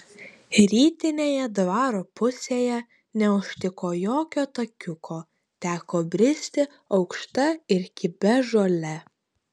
rytinėje dvaro pusėje neužtiko jokio takiuko teko bristi aukšta ir kibia žole